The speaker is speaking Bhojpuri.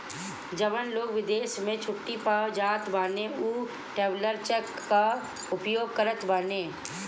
जवन लोग विदेश में छुट्टी पअ जात बाने उ ट्रैवलर चेक कअ उपयोग करत बाने